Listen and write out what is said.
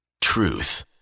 Truth